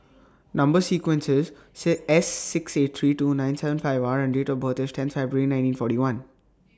Number sequence IS six S six eight three two nine seven five R and Date of birth IS tenth February nineteen forty one